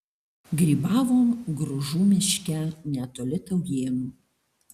grybavom gružų miške netoli taujėnų